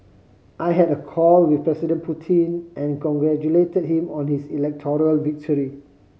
I had a call with President Putin and congratulated him on his electoral victory